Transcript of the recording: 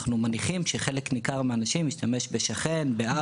אנחנו מניחים שחלק ניכר מהאנשים ישתמשו בשכן או במכר.